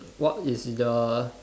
what is the